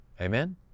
Amen